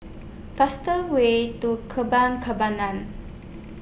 faster Way to Kembangan